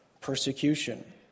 persecution